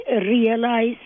realize